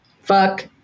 Fuck